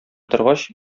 торгач